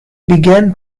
began